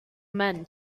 men